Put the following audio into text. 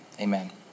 Amen